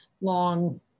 long